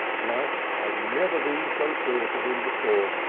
life had never been so clear to him before.